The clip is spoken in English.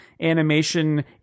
animation